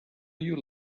you